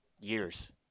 Years